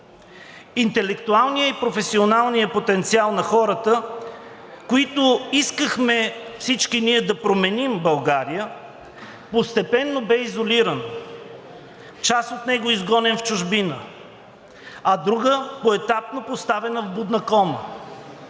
Интелектуалният и професионалният потенциал на хората, които искахме всички ние да променим в България, постепенно бе изолиран – част от него изгонен в чужбина, а друга поетапно поставена в будна кома.